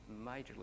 majorly